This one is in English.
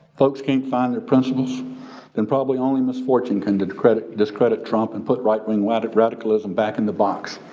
folks can't find their principles then probably only misfortune can discredit discredit trump and put right-wing radicalism back in the box.